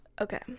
Okay